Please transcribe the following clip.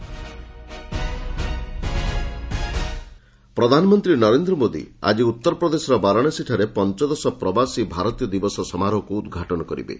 PM ପ୍ରବାସୀ ପ୍ରଧାନମନ୍ତ୍ରୀ ନରେନ୍ଦ ମୋଦି ଆଜି ଉତ୍ତରପ୍ରଦେଶର ବାରାଣସୀଠାରେ ପଞ୍ଚଦଶ ପ୍ରବାସୀ ଭାରତୀୟ ଦିବସ ସମାରୋହକୁ ଉଦ୍ଘାଟନ କରିବେ